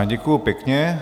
Děkuji pěkně.